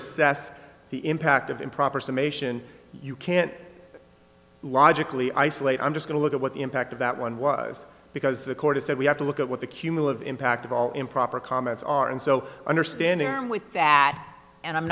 assess the impact of improper summation you can't logically isolate i'm just going to look at what the impact of that one was because the court has said we have to look at what the cumulative impact of all improper comments are and so understanding them with that and i'm